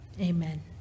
amen